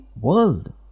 world